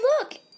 look